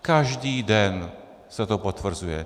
Každý den se to potvrzuje.